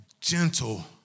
Gentle